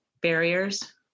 barriers